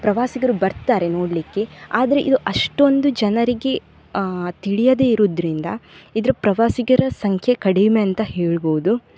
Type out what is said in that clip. ಪ್ರವಾಸಿಗರು ಬರ್ತಾರೆ ನೋಡಲಿಕ್ಕೆ ಆದರೆ ಇದು ಅಷ್ಟೊಂದು ಜನರಿಗೆ ತಿಳಿಯದೇ ಇರೋದ್ರಿಂದ ಇದರ ಪ್ರವಾಸಿಗರ ಸಂಖ್ಯೆ ಕಡಿಮೆ ಅಂತ ಹೇಳ್ಬೋದು